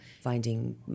finding